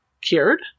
cured